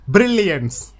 Brilliance